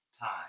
time